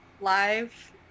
live